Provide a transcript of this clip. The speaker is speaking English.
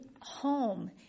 home